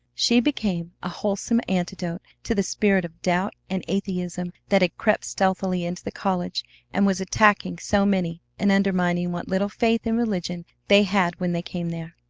she became a wholesome antidote to the spirit of doubt and atheism that had crept stealthily into the college and was attacking so many and undermining what little faith in religion they had when they came there.